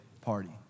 party